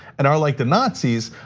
and are like the nazis,